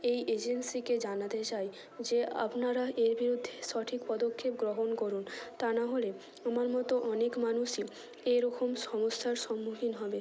এই এজেন্সিকে জানাতে চাই যে আপনারা এর বিরুদ্ধে সঠিক পদক্ষেপ গ্রহণ করুন তা নাহলে আমার মতো অনেক মানুষই এরকম সমস্যার সম্মুখীন হবে